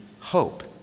hope